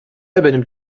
übernimmt